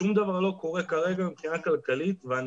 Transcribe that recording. שום דבר לא קורה כרגע מבחינה כלכלית ואני